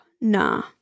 nah